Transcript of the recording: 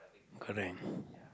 correct